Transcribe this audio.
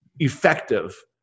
effective